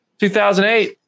2008